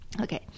Okay